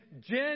Jen